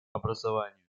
образованию